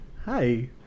Hi